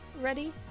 Ready